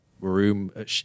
room